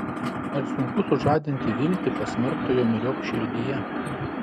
ar sunku sužadinti viltį pasmerktojo myriop širdyje